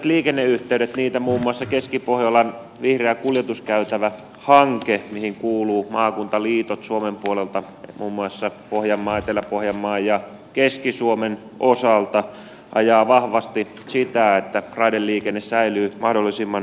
niitä on muun muassa keskipohjolan vihreä kuljetuskäytävähanke mihin kuuluvat maakunnan liitot suomen puolelta muun muassa pohjanmaa etelä pohjanmaa ja keski suomi joka ajaa vahvasti sitä että raideliikenne säilyy mahdollisimman vahvana